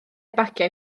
bagiau